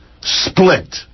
split